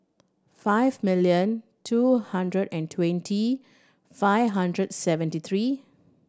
five million two hundred and twenty five hundred seventy three